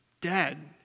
Dead